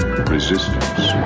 Resistance